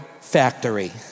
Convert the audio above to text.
factory